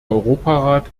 europarat